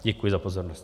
Děkuji za pozornost.